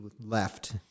left